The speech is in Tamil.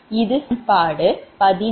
இது சமன்பாடு17